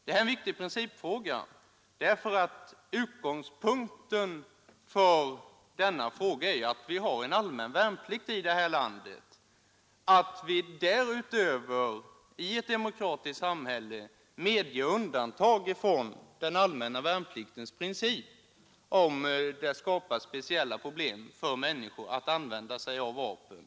Det här är en viktig principfråga, därför att utgångspunkten är att vi har allmän värnplikt i det här landet och att vi därutöver i ett demokratiskt samhälle medger undantag från den allmänna värnpliktens princip, om det skapas speciella problem för människor att begagna vapen.